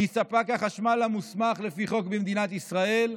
היא ספק החשמל המוסמך לפי חוק במדינת ישראל.